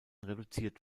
reduziert